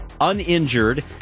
uninjured